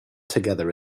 together